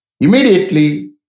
immediately